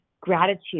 gratitude